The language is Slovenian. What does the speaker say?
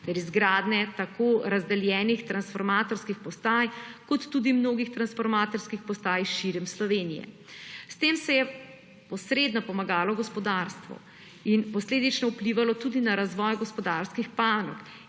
ter izgradnje tako razdeljenih transformatorskih postaj kot tudi mnogih transformatorskih postaj širom Slovenije. S tem se je posredno pomagalo gospodarstvu in posledično vplivalo tudi na razvoj gospodarskih panog